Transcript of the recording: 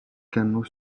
canaux